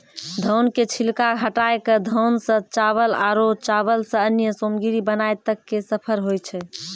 धान के छिलका हटाय कॅ धान सॅ चावल आरो चावल सॅ अन्य सामग्री बनाय तक के सफर होय छै